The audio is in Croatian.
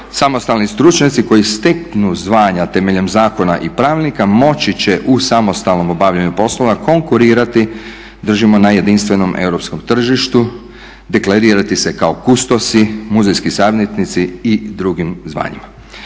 Samostalni stručnjaci koji steknu zvanja temeljem zakona i pravilnika moći će u samostalnom obavljanju poslova konkurirati držimo na jedinstvenom europskom tržištu, deklarirati se kao kustosi, muzejski savjetnici i drugim zvanjima.